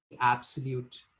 absolute